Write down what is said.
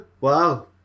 Wow